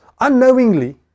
unknowingly